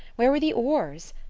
where were the oars?